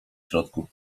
środku